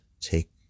take